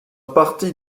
parti